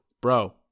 bro